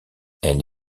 elle